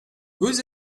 vous